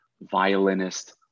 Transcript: violinist